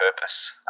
purpose